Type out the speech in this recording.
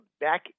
back